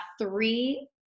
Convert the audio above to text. three